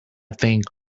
think